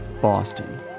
Boston